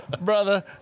brother